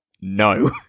No